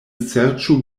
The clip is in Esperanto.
serĉu